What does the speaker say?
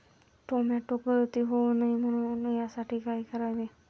Tomato गळती होऊ नये यासाठी काय करावे?